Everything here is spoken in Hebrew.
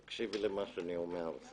תקשיב למה שאני אומר.